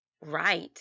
right